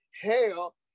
hell